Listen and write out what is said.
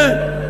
כן.